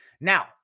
Now